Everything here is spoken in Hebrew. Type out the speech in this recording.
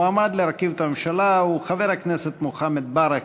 המועמד להרכיב את הממשלה הוא חבר הכנסת מוחמד ברכה,